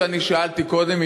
מה ששאלתי קודם,